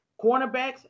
cornerbacks